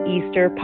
Easter